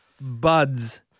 buds